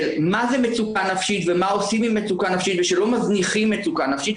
מה זה מצוקה נפשית ומה עושים עם מצוקה נפשית ושלא מזניחים מצוקה נפשית,